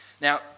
Now